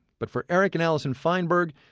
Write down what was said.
but for eric and alison feinberg,